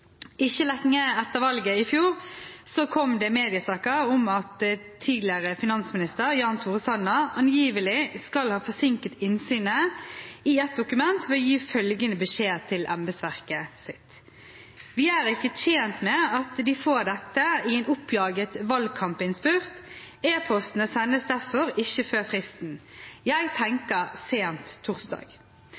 Ikke lenge etter valget i fjor kom det mediesaker om at tidligere finansminister Jan Tore Sanner angivelig skal ha forsinket innsynet i et dokument ved å gi følgende beskjed til embetsverket sitt: «Vi er ikke tjent med at de får dette i en oppjaget valgkampinnspurt. E-postene sendes derfor ikke før fristen. Jeg tenker sent torsdag.»